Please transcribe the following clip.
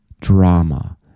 drama